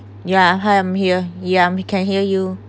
yeah hi I'm here yeah we can hear you